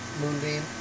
Moonbeam